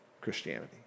Christianity